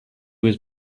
was